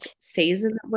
season